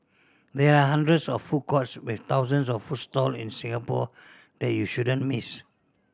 there are hundreds of food courts with thousands of food stall in Singapore that you shouldn't miss